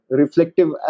reflective